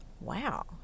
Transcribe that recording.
wow